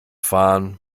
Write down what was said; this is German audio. fahren